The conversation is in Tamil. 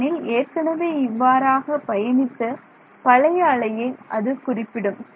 ஏனெனில் ஏற்கனவே இயற்கையாக பயணித்த பழைய அலையை அது குறிப்பிடும்